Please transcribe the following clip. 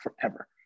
forever